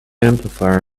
amplifier